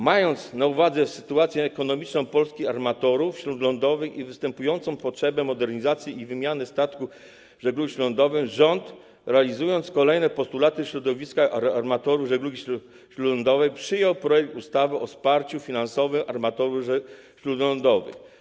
Mając na uwadze sytuację ekonomiczną polskich armatorów śródlądowych i występującą potrzebę modernizacji i wymiany statków żeglugi śródlądowej, rząd, realizując kolejne postulaty środowiska armatorów żeglugi śródlądowej, przyjął projekt ustawy o wsparciu finansowym armatorów śródlądowych.